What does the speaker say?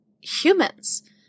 humans